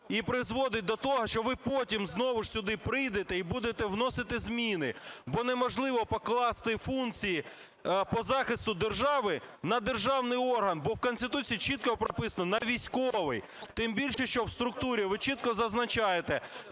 і призводить до того, що ви потім знову ж сюди прийдете і будете вносити зміни, бо неможливо покласти функції по захисту держави на державний орган, бо в Конституції чітко прописано – на військовий. Тим більше, що в структурі ви чітко зазначаєте: